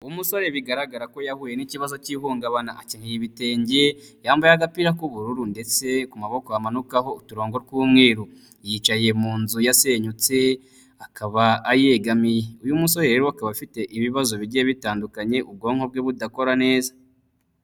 Umusore bigaragara ko yahuye n'ikibazo cy'ihungabana, akenyeye ibitenge, yambaye agapira k'ubururu ndetse ku maboko hamanukaho uturongo tw'umweru. Yicaye mu nzu yasenyutse, akaba ayegamiye. Uyu musore rero akaba afite ibibazo bigiye bitandukanye ubwonko bwe budakora neza.